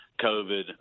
COVID